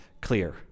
clear